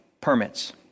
permits